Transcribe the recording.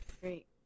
Great